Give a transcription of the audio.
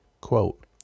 Quote